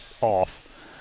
off